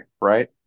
Right